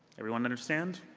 everyone understand?